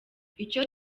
icyo